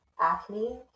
acne